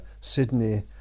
Sydney